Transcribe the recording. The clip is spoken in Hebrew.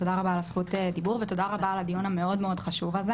תודה רבה על זכות הדיבור ותודה רבה על הדיון המאוד מאוד חשוב הזה